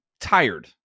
tired